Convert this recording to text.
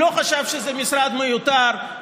הוא לא חשב שזה משרד מיותר,